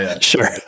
Sure